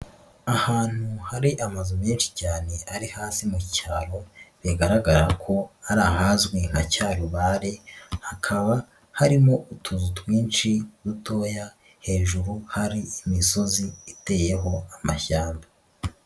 Ahantu hari amazu menshi cyane ari hasi mu cyaro, bigaragara ko ari ahazwi nka Cyarubare, hakaba harimo utuzu twinshi dutoya, hejuru hari imisozi iteyeho amashyamba.